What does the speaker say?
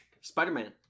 Spider-Man